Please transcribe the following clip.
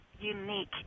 unique